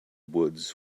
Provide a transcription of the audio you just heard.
woods